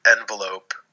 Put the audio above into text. envelope